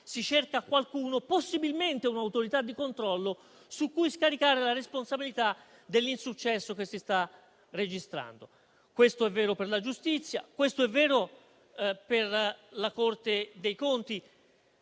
si cerca qualcuno, possibilmente un'autorità di controllo, su cui scaricare la responsabilità dell'insuccesso che si sta registrando. Questo è vero per la giustizia ed è vero per la Corte dei conti.